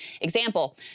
example